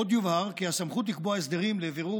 עוד יובהר כי הסמכות לקבוע הסדרים לבירור